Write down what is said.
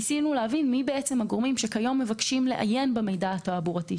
ניסינו להבין מי הם הגורמים שהיום מבקשים לעיין במידע התעבורתי.